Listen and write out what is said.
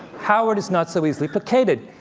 howard is not so easily placated.